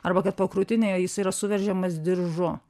arba kad po krūtine jis yra suveržiamas diržu